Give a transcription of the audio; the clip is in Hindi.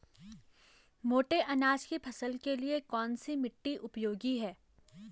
मोटे अनाज की फसल के लिए कौन सी मिट्टी उपयोगी है?